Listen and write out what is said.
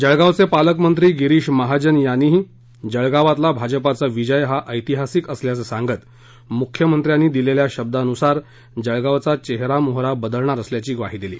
जळगावचे पालकमंत्री गिरीश महाजन यांनीही जळगावातला भाजपाचा विजय हा ऐतिहासिक असल्याचं सांगत मुख्यमंत्र्यांनी दिलेल्या शब्दानुसार जळगावचा चेहरा मोहरा बदलणार असल्याची ग्वाही दिली